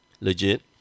Legit